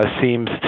seems